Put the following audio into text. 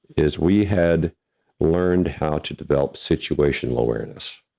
is we had learned how to develop situational awareness,